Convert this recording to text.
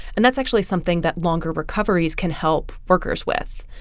and that's actually something that longer recoveries can help workers with,